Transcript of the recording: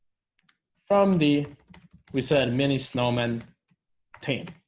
from the we said mini snowmen team